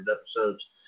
episodes